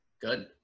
Good